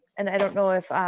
and i don't know if